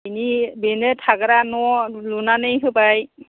बिनि बेनो थाग्रा न' लुनानै होबाय